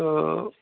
تہٕ